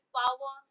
power